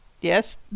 Yes